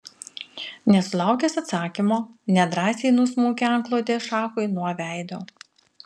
nesulaukęs atsakymo nedrąsiai nusmaukė antklodę šachui nuo veido